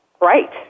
Right